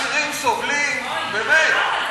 העשירים סובלים, באמת.